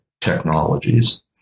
technologies